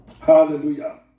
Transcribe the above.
Hallelujah